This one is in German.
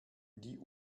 die